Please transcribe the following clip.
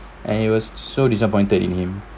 and he was so disappointed in him